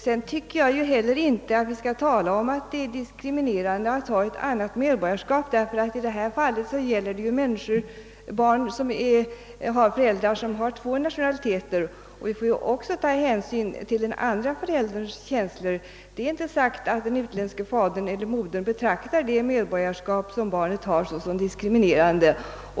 Jag tycker inte att vi skall säga att det är diskriminerande att ha ett annat medborgarskap. I detta fall gäller det ju barn som har föräldrar av två nationaliteter. Vi måste också ta hänsyn till den andra förälderns känslor. Det är inte sagt att den utländske fadern eller modern betraktar det medborgarskap som barnet har såsom diskriminerande.